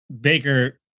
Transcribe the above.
Baker